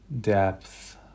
depth